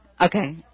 Okay